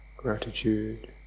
gratitude